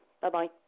Bye-bye